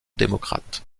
démocrate